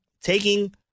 taking